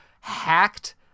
hacked